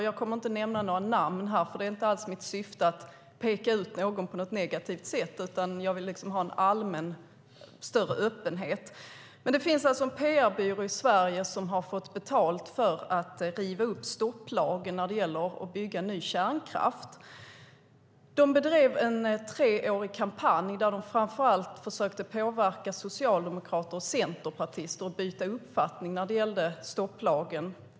Jag kommer inte att nämna några namn; mitt syfte är inte att peka ut någon på ett negativt sätt, utan jag vill bara rent allmänt ha en större öppenhet. Det finns en PR-byrå i Sverige som har fått betalt för att riva upp stopplagen mot att bygga ny kärnkraft. De bedrev en treårig kampanj där de framför allt försökte påverka socialdemokrater och centerpartister att byta uppfattning när det gällde stopplagen.